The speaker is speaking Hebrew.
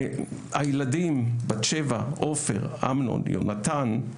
הילדים, בת-שבע, עופר, אמנון, יהונתן,